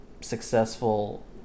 successful